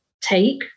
take